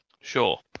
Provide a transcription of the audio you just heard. Sure